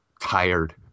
tired